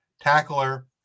tackler